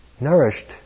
nourished